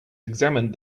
examined